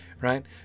right